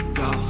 go